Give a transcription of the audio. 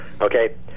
Okay